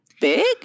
big